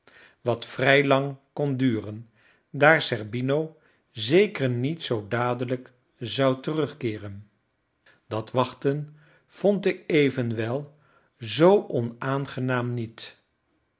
wat vrij lang kon duren daar zerbino zeker niet zoo dadelijk zou terugkeeren dat wachten vond ik evenwel zoo onaangenaam niet